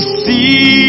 see